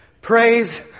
Praise